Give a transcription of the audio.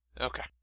Okay